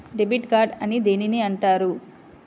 Debit card అని దేనిని అంటారు?